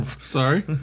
Sorry